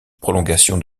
prolongation